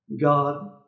God